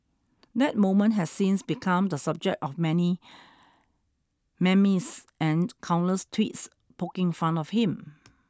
that moment has since become the subject of many memes and countless tweets poking fun of him